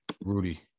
Rudy